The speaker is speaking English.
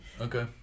Okay